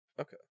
Okay